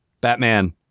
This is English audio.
Batman